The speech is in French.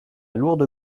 lourde